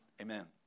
Amen